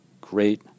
great